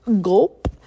Gulp